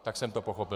Tak jsem to pochopil.